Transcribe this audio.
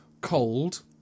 cold